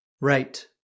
right